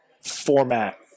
format